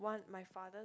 one my father's